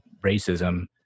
racism